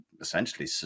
essentially